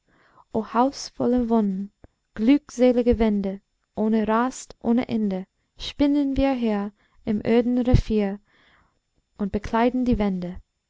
wonnen glückselige wände ohne rast ohne ende spinnen wir hier im öden revier und bekleiden die wände